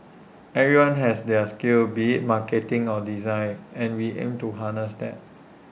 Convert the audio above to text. everyone has their skills be marketing or design and we aim to harness that